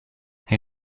hij